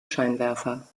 scheinwerfer